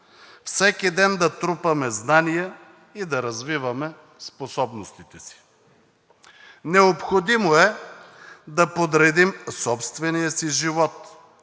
всеки ден да трупаме знания и да развиваме способностите си. Необходимо е да подредим собствения си живот,